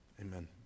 amen